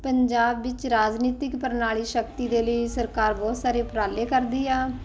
ਪੰਜਾਬ ਵਿੱਚ ਰਾਜਨੀਤਿਕ ਪ੍ਰਣਾਲੀ ਸ਼ਕਤੀ ਦੇ ਲਈ ਸਰਕਾਰ ਬਹੁਤ ਸਾਰੇ ਉਪਰਾਲੇ ਕਰਦੀ ਆ